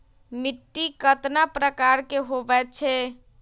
मिट्टी कतना प्रकार के होवैछे?